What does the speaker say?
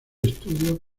estudios